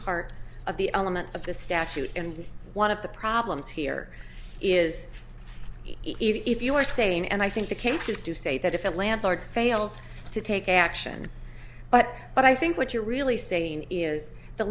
part of the element of the statute and one of the problems here is even if you are saying and i think the case is to say that if it landlord fails to take action but what i think what you're really saying is the